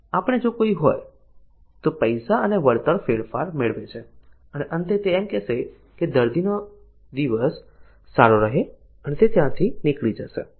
તેમણે જો કોઈ હોય તો પૈસા અને વળતર ફેરફાર મેળવે છે અને અંતે તે એમ કહેશે કે દર્દી નો દિવસ સસરો રહે અને તે ત્યાં થી નીકળી જશે